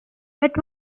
but